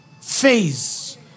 phase